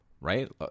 right